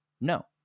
No